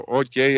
ok